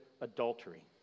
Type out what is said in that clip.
adultery